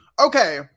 Okay